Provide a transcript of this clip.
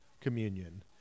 communion